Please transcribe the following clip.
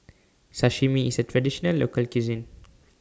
Sashimi IS A Traditional Local Cuisine